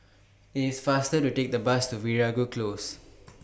IT IS faster to Take The Bus to Veeragoo Close